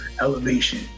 elevation